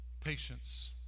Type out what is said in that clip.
Patience